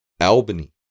Albany